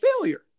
failure